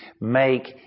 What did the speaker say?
make